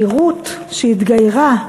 כי רות, שהתגיירה,